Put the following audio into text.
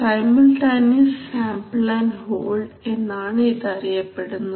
simultaneous sample and hold circuit എന്നാണ് ഇത് അറിയപ്പെടുന്നത്